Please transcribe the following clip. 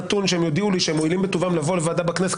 שהם יודיעו לי שהם מועילים בטובם לבוא לוועדה בכנסת,